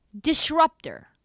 disruptor